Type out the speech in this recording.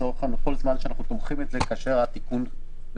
אנחנו תומכים בזה כל זמן שהתיקון בתוקף.